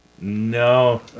No